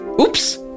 Oops